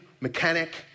mechanic